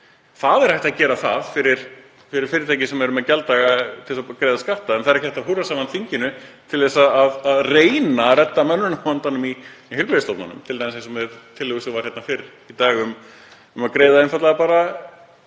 Það er hægt að gera það fyrir fyrirtæki sem eru með gjalddaga til að greiða skatta en það er ekki hægt að húrra saman þinginu til þess að reyna að redda mönnunarvandanum á heilbrigðisstofnunum, eins og t.d. með tillögu hérna fyrr í dag um að greiða einfaldlega bara